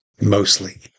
Mostly